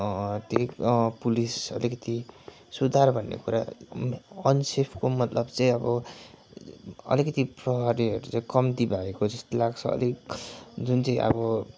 त्यै पुलिस अलिकति सुधार भन्ने कुरा अनसेफको मतलब चाहिँ अब अलिकति प्रहरीहरू चाहिँ कम्ती भएको जस्तो लाग्छ अलिक जुन चाहिँ अब